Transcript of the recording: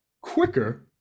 quicker